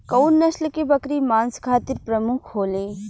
कउन नस्ल के बकरी मांस खातिर प्रमुख होले?